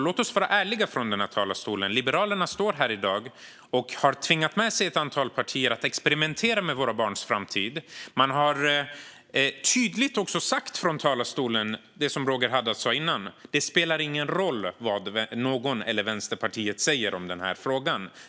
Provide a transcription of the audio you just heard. Låt oss vara ärliga från den här talarstolen! Liberalerna står här i dag och har tvingat med sig ett antal partier för att experimentera med våra barns framtid. Man har också tydligt sagt från talarstolen - Roger Haddad sa det tidigare - att det inte spelar någon roll vad någon, eller Vänsterpartiet, säger om den här frågan.